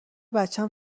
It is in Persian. بچم